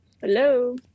Hello